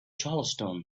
charleston